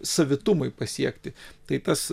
savitumui pasiekti tai tas